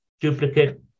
duplicate